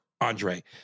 Andre